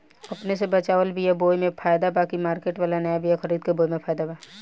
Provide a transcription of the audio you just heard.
अपने से बचवाल बीया बोये मे फायदा बा की मार्केट वाला नया बीया खरीद के बोये मे फायदा बा?